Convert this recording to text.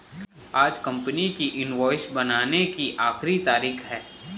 आज कंपनी की इनवॉइस बनाने की आखिरी तारीख है